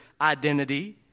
identity